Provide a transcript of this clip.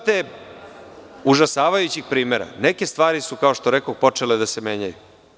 Imate užasavajućih primera, neke stvari su, kao što rekoh, počele da se menjaju.